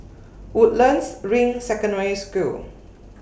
Woodlands Ring Secondary School